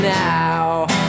now